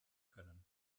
können